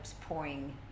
pouring